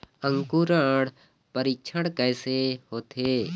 अंकुरण परीक्षण कैसे होथे?